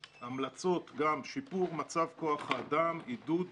המלצות: שיפור מצב כוח האדם, עידוד